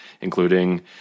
including